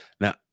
now